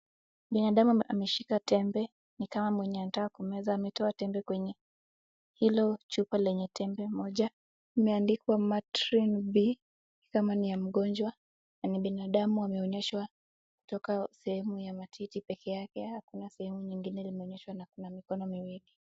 Binadamu ameshika tembe ni kama mwenye anataka kumeza. Ametoa tembe kwenye hilo chupa lenye tembe moja imeandikwa Matrin-B ni kama ni ya mgonjwa na ni binadamu ameonyeshwa kutoka sehemu ya matiti peke yake hakuna sehemu nyingine imeonyeshwa na kuna mikono miwili.